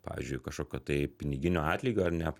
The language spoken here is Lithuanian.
pavyzdžiui kažkokio tai piniginio atlygio ar ne